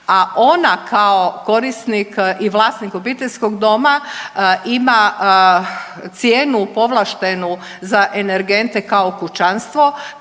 a ona kao korisnik i vlasnik obiteljskog doma ima cijenu povlaštenu za energente kao kućanstvo,